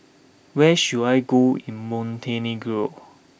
where should I go in Montenegro